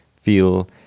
feel